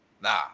Nah